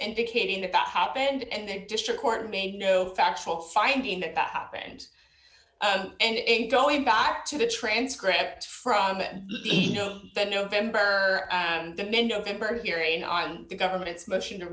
indicating that that happened and district court made no factual finding that that happened and in going back to the transcripts from the november november hearing on the government's motion to